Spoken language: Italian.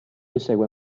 insegue